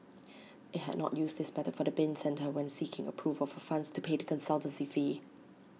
IT had not used this method for the bin centre when seeking approval for funds to pay the consultancy fee